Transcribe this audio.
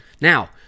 Now